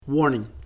Warning